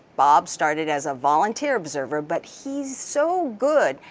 bob started as a volunteer observer, but he's so good,